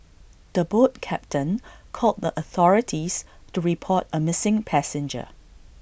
the boat captain called the authorities to report A missing passenger